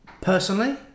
Personally